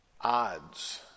odds